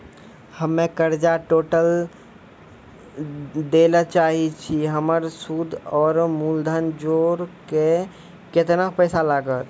हम्मे कर्जा टोटल दे ला चाहे छी हमर सुद और मूलधन जोर के केतना पैसा लागत?